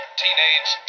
teenage